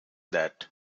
that